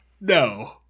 no